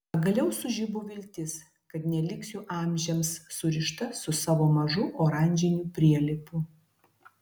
pagaliau sužibo viltis kad neliksiu amžiams surišta su savo mažu oranžiniu prielipu